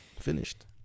Finished